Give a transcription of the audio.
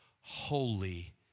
holy